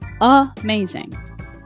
amazing